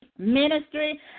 Ministry